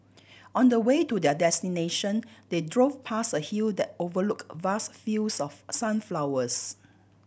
on the way to their destination they drove past a hill that overlooked vast fields of sunflowers